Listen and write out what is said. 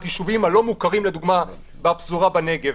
הישובים הלא מוכרים לדוגמה בפזורה בנגב,